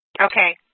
Okay